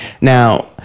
Now